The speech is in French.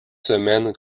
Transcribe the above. semaine